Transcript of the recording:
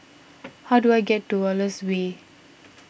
how do I get to Wallace Way